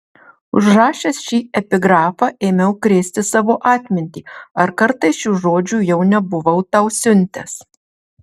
užrašęs šį epigrafą ėmiau krėsti savo atmintį ar kartais šių žodžių jau nebuvau tau siuntęs